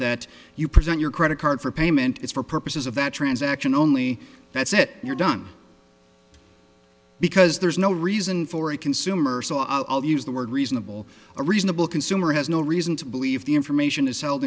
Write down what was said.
that you present your credit card for payment it's for purposes of that transaction only that's it you're done because there's no reason for a consumer so i'll use the word reasonable a reasonable consumer has no reason to believe the information is held